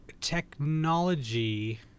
technology